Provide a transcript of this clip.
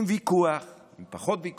עם ויכוח, עם פחות ויכוח,